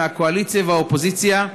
מהקואליציה והאופוזיציה,